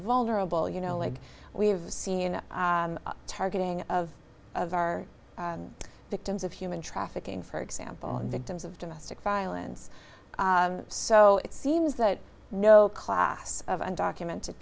vulnerable you know like we've seen targeting of of our victims of human trafficking for example victims of domestic violence so it seems that no class of undocumented